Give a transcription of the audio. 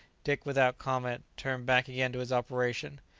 dick, without comment, turned back again to his operation.